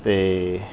ਅਤੇ